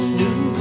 new